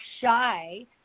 shy